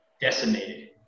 decimated